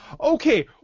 Okay